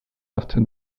after